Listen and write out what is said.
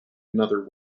another